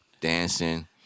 dancing